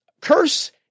curse